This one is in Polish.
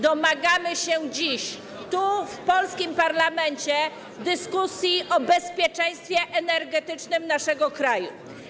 Domagamy się dziś tu, w polskim parlamencie, dyskusji o bezpieczeństwie energetycznym naszego kraju.